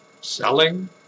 selling